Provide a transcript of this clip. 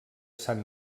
sant